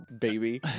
baby